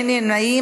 אין נמנעים.